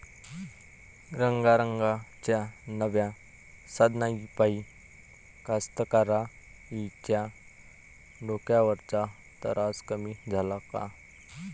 रंगारंगाच्या नव्या साधनाइपाई कास्तकाराइच्या डोक्यावरचा तरास कमी झाला का?